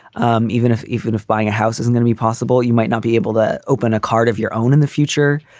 um even if even if buying a house isn't gonna be possible, you might not be able to open a card of your own in the future